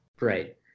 Right